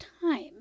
time